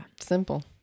Simple